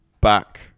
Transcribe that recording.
back